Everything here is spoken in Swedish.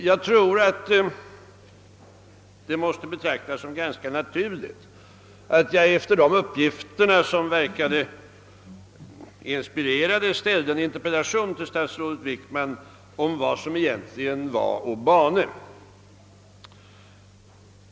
Jag tror att det måste betraktas som ganska naturligt att jag efter dessa uppgifter, som verkade inspirerade, riktade en interpellation till statsrådet Wickman om vad som verkligen var å bane.